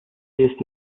jest